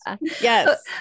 yes